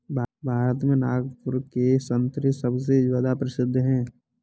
भारत में नागपुर के संतरे सबसे ज्यादा प्रसिद्ध हैं